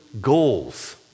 goals